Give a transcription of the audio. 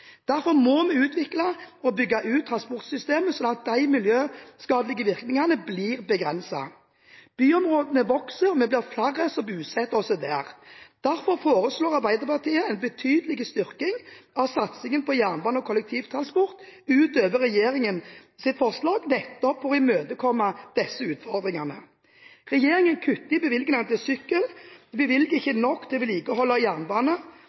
Derfor må vi utvikle og bygge ut transportsystemet, slik at de miljøskadelige virkningene blir begrenset. Byområdene vokser, og vi blir flere som bosetter oss der. Derfor foreslår Arbeiderpartiet en betydelig styrking av satsingen på jernbane og kollektivtransport, utover regjeringens forslag, nettopp for å imøtekomme disse utfordringene. Regjeringen kutter i bevilgningene knyttet til sykkel, den bevilger ikke nok til vedlikehold av jernbane,